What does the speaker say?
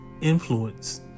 influence